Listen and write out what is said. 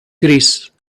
greece